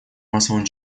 массового